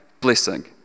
blessing